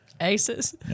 aces